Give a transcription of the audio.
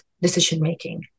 decision-making